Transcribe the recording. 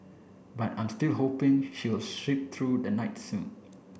but I'm still hoping she will sheep through the night soon